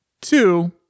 two